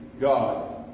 God